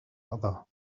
other